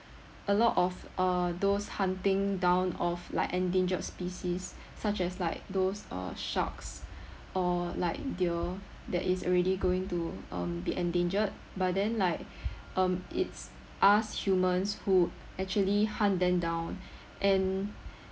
a lot of uh those hunting down of like endangered species such as like those uh sharks or like deer that is already going to um be endangered but then like um it's us humans who actually hunt them down and